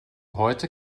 heute